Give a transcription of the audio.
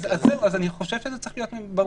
זהו, אז אני חושב שזה צריך להיות ברור.